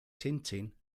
tintin